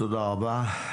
תודה רבה.